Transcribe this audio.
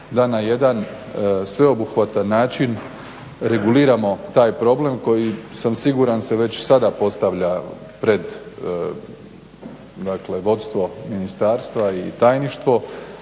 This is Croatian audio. da na jedan sveobuhvatan način reguliramo taj problem koji sam siguran se već sada postavlja pred dakle vodstvo ministarstva i tajništvo